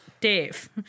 Dave